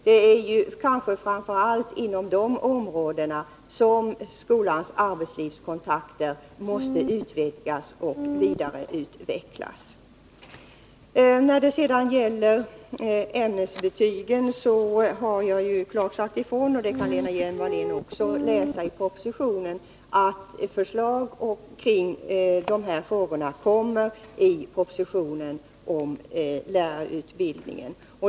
Det är ju framför allt inom de områdena som skolans arbetslivskontakter måste utvidgas och vidareutvecklas. När det gäller ämnesbetygen har jag klart sagt ifrån — och det kan Lena Hjelm-Wallén också läsa i propositionen — att förslag kring de frågorna kommer i propositionen om lärarutbildningen.